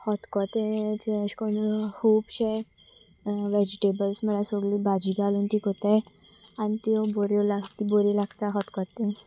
खतखतें जें अशें करून खुबशे वेजिटेबल्स म्हळ्यार सगल्यो भाजी घालून ती करताय आनी त्यो बऱ्यो लागता बऱ्यो लागता खतखतें